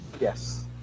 Yes